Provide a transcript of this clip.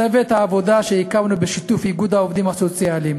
צוות העבודה שהקמנו בשיתוף איגוד העובדים הסוציאליים